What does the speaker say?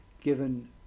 given